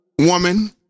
woman